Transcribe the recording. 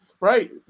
right